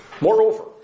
Moreover